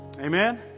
Amen